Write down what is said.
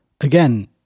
Again